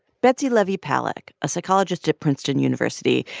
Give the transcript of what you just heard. betsy levy paluck, a psychologist at princeton university,